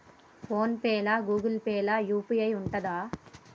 Phone pay లా Google Pay లా UPI ఉంటదా?